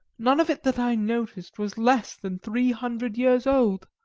none of it that i noticed was less than three hundred years old.